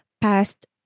past